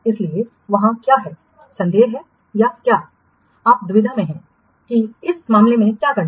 इसलिए वहाँ क्या है संदेह है या क्या है आप दुविधा में हैं कि इस मामले में क्या करना है